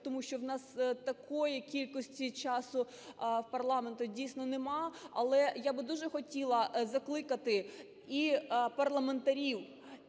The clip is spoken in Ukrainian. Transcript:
тому що у нас такої кількості часу, у парламенту, дійсно нема. Але я б дуже хотіла закликати і парламентарів,